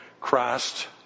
Christ